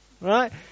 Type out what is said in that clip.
Right